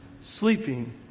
sleeping